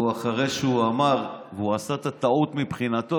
אחרי שהוא אמר, והוא עשה את הטעות מבחינתו,